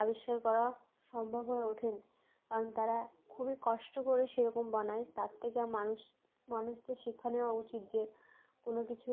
আবিষ্কার করা সম্ভব হয়ে ওঠেনি কারণ তারা খুবই কষ্ট করে সেরকম বানায় তার থেকে মানুষ মানুষদের শিক্ষা নেওয়া উচিত যে কোনো কিছু